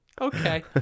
Okay